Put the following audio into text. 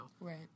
Right